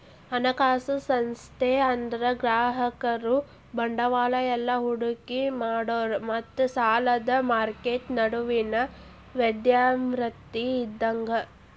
ಹಣಕಾಸು ಸಂಸ್ಥೆ ಅಂದ್ರ ಗ್ರಾಹಕರು ಬಂಡವಾಳ ಇಲ್ಲಾ ಹೂಡಿಕಿ ಮಾಡೋರ್ ಮತ್ತ ಸಾಲದ್ ಮಾರ್ಕೆಟ್ ನಡುವಿನ್ ಮಧ್ಯವರ್ತಿ ಇದ್ದಂಗ